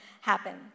happen